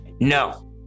No